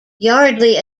yardley